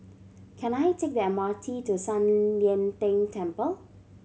can I take the M R T to San Lian Deng Temple